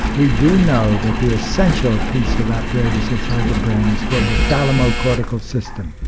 we do know that the essential piece of apparatus inside the brain is called the thalamocortical system.